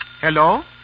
Hello